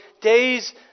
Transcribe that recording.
days